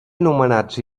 anomenats